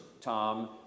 Tom